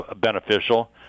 beneficial